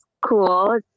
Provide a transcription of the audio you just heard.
cool